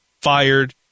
fired